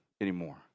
anymore